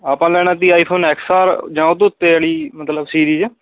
ਆਪਾਂ ਲੈਣਾ ਜੀ ਆਈਫੌਨ ਐਕਸਰ ਜਾਂ ਉਹਦੇ ਉੱਤੇ ਵਾਲੀ ਮਤਲਬ ਸੀਰੀਜ